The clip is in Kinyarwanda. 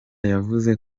yavuze